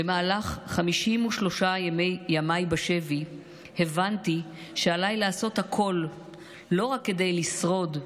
במהלך 53 ימיי בשבי הבנתי שעליי לעשות הכול לא רק כדי לשרוד,